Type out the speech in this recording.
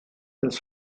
das